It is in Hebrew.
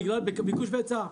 בגלל ביקוש והיצע.